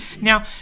now